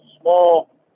small